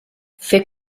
fer